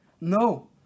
No